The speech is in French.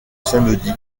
samedi